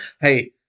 hey